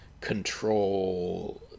control